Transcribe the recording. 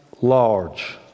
large